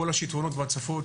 כל השטפונות וההצפות,